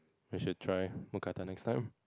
you should try Mookata next time